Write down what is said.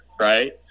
right